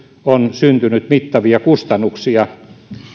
on syntynyt mittavia kustannuksia